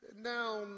Now